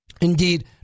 Indeed